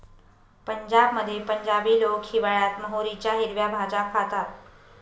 पंजाबमध्ये पंजाबी लोक हिवाळयात मोहरीच्या हिरव्या भाज्या खातात